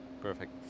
Perfect